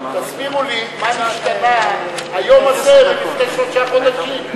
תסבירו לי, מה נשתנה היום הזה מלפני שלושה חודשים?